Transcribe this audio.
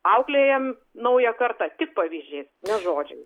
auklėjam naują kartą tik pavyzdžiais ne žodžiais